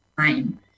time